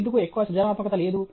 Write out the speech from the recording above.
ఎందుకు ఎక్కువ సృజనాత్మకత లేదు